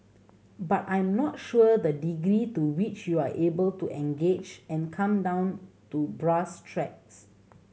but I'm not sure the degree to which you are able to engage and come down to brass tracks